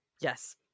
Yes